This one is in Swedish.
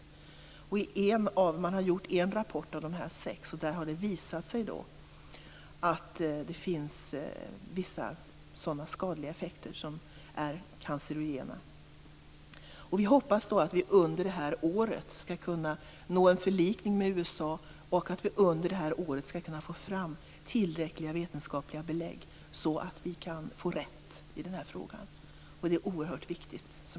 Det har lagts fram en rapport om ett av dessa sex hormonslag, och där har det visat sig att det finns vissa skadliga cancerogena effekter. Vi hoppas att under detta år nå förlikning med USA och att vi under detta år kan få fram tillräckliga vetenskapliga belägg för att få rätt i frågan. Det är oerhört viktigt.